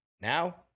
Now